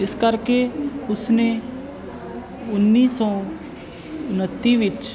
ਇਸ ਕਰਕੇ ਉਸਨੇ ਉੱਨੀ ਸੌ ਉਨੱਤੀ ਵਿੱਚ